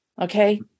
okay